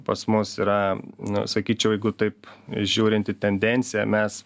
pas mus yra nu sakyčiau jeigu taip žiūrint į tendenciją mes